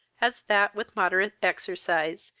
as that, with moderate exercise,